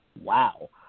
wow